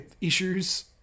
Issues